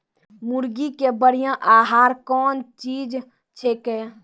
मुर्गी के बढ़िया आहार कौन चीज छै के?